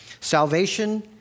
Salvation